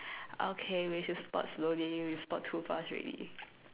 okay we should spot slowly we spot too fast already